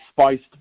spiced